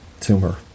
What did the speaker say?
tumor